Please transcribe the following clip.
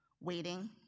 waiting